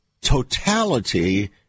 totality